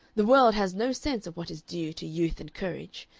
the world has no sense of what is due to youth and courage.